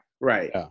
right